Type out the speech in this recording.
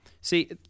See